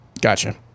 Gotcha